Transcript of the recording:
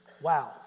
Wow